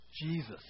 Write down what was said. Jesus